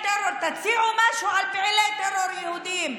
תציעו משהו גם על פעילי טרור יהודים.